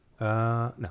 No